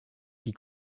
qui